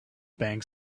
bank